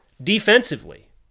Defensively